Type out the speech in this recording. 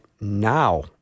now